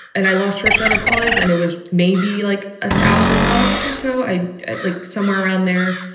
and i lost her sharna colleagues and it was maybe like a thousand bucks or so. i'd i'd like somewhere around there.